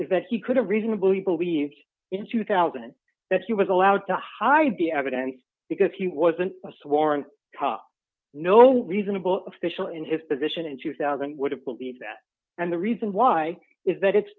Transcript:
is that he could have reasonably believed in two thousand that he was allowed to hide the evidence because he wasn't a sworn cop no reasonable official in his position in two thousand would have believed that and the reason why is that it's